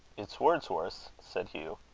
it's wordsworth's, said hugh.